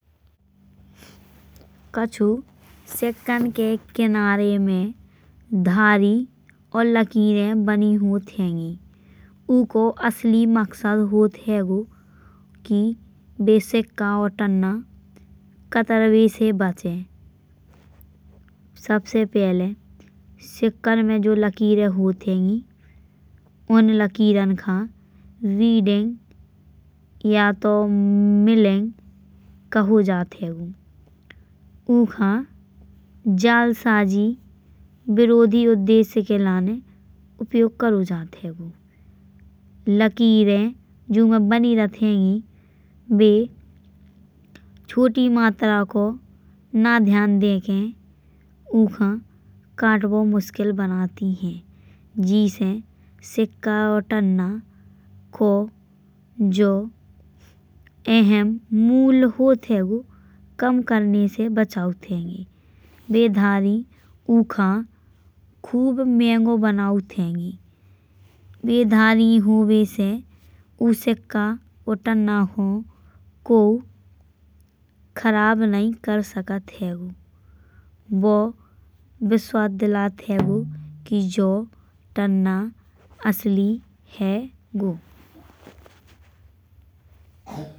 कच्छु सिक्कन के किनारे में धरी और लकीरे बनी होत हैंगी। उको असली मकसद होत हैंगो की बे सिक्का और तन्ना कतरबे से बचै। सबसे पहिले सिक्कन में जो लकीरे होत हैंगी। उन लकीरन का रीडिंग या तो मिलिंग कहो जात हैंगो। उका जाल साजी विरोधी उद्देश्य के लाने उपयोग करो जात हैंगो। लकीरे जो उमा बनी रहत हैंगी। बे छोटी मात्रा को ना ध्यान दैके उखा कटवो मुश्किल बनाती हैं। जेसे सिक्का और तन्ना को जो अहममूल्य होत हैंगो। कम करने से बचाउत हैंगी। बे धारी उखा खूब महंगो बनाउत हैंगी। बे धारी होबे से ऊ सिक्का और तन्ना को खराब नहीं कर सकत हैंगो। वो विश्वास दिलात हैंगो की जो तन्ना असली हैंगो।